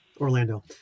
orlando